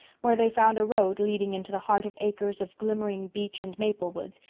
where they found a road leading into the heart of acres of glimmering beech and maple woods,